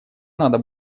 надо